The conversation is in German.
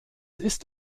ist